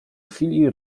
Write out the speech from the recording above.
chwili